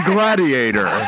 Gladiator